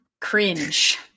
cringe